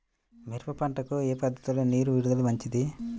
మిరప పంటకు ఏ పద్ధతిలో నీరు విడుదల మంచిది?